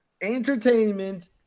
entertainment